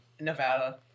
Nevada